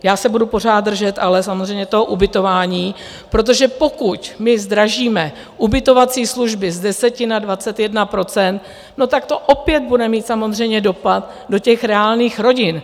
Já se budu pořád držet ale samozřejmě toho ubytování, protože pokud my zdražíme ubytovací služby z 10 na 21 %, no tak to opět bude mít samozřejmě dopad do těch reálných rodin.